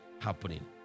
happening